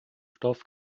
stoff